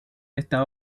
esta